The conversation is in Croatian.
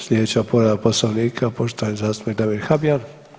Slijedeća povreda Poslovnika poštovani zastupnik Damir Habijan.